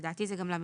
לדעתי זה גם לב(ב).